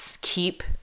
keep